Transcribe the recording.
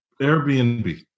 Airbnb